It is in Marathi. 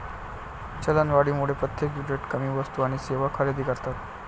चलनवाढीमुळे प्रत्येक युनिट कमी वस्तू आणि सेवा खरेदी करतात